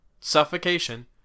suffocation